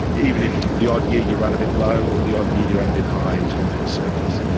even if the odd year you run a bit low or the odd year you run a bit high in terms of a surplus.